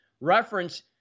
reference